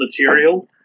material